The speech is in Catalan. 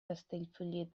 castellfollit